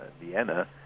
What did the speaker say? Vienna